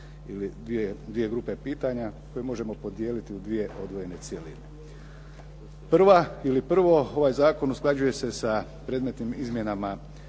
ili dvije grupe pitanja koji možemo podijeliti u dvije odvojene cjeline. Prva ili prvo ovaj zakon usklađuje se sa predmetnim izmjenama